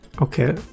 Okay